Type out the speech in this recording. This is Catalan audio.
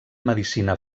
medicina